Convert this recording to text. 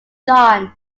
john